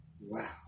Wow